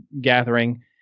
gathering